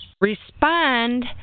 respond